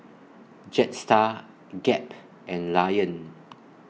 Jetstar Gap and Lion